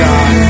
God